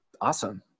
Awesome